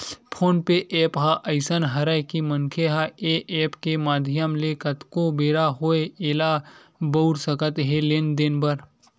phone पे app ह अइसन हरय के मनखे ह ऐ ऐप के माधियम ले कतको बेरा होवय ऐला बउर सकत हे लेन देन बर